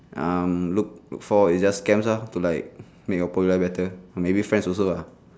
um look look for is just camps lah to like make your poor life better or maybe friends also lah